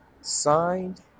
signed